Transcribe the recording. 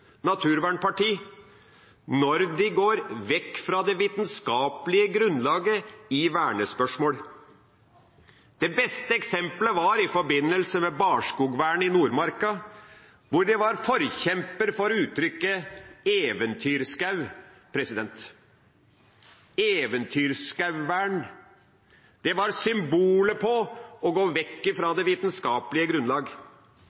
naturvernparti når de går vekk fra det vitenskapelige grunnlaget i vernespørsmål. Det beste eksempelet var i forbindelse med barskogvernet i Nordmarka, hvor de var forkjempere for uttrykket «eventyrskog». Eventyrskogvern var symbolet på å gå vekk